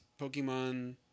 Pokemon